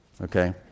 Okay